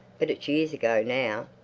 but it's years ago now.